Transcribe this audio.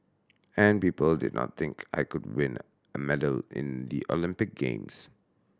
and people did not think I could win a medal in the Olympic games